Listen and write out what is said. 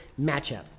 matchup